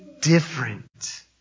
different